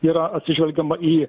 yra atsižvelgiama į